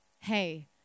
hey